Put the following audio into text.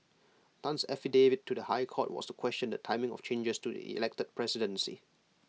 Tan's affidavit to the High Court was to question the timing of changes to the elected presidency